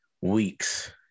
weeks